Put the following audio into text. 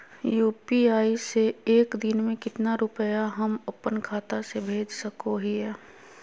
UPI से एक दिन में कितना रुपैया हम अपन खाता से भेज सको हियय?